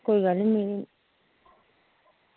कोई गल्ल निं